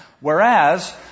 whereas